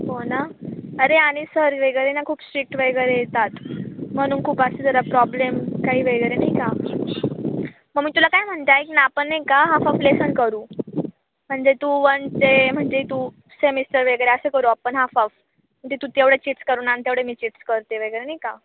हो ना अरे आणि सर वगैरे ना खूप स्ट्रिक्ट वगैरे येतात म्हणून खूप असं जरा प्रॉब्लेम काही वगैरे नाही का मग मी तुला काय म्हणता ऐक ना आपण नाही का हाफ हाफ लेसन करू म्हणजे तू वन ते म्हणजे तू सेमिस्टर वगैरे असं करू आपण हाफ हाफ म्हणजे तू तेवढे चिट्स करू आणि तेवढे मी चिट्स करते वगैरे नाही का